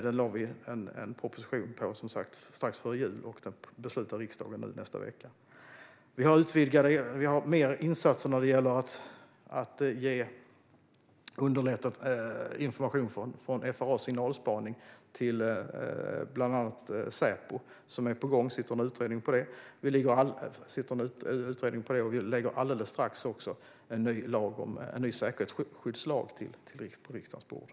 Vi lade fram propositionen strax före jul, och riksdagen beslutar som sagt om den nästa vecka. Vi har mer insatser när det gäller att underlätta information från FRA:s signalspaning till bland annat Säpo. Det är på gång; det sitter en utredning på det. Vi lägger också alldeles strax fram ett förslag om en ny säkerhetsskyddslag på riksdagens bord.